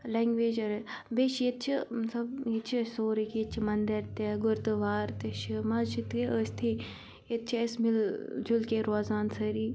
لینٛگویجَر بیٚیہِ چھِ ییٚتہِ چھِ مطلب ییٚتہِ چھِ أسۍ سورُے کہِ ییٚتہِ چھِ مَندِر تہِ گُردوار تہِ چھِ مَزٕ چھِ تہِ ٲستی ییٚتہِ چھِ اَسہِ مِل جُلکے روزان سٲری